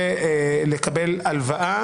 רוצה לקבל הלוואה